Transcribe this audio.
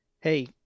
hey